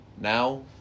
now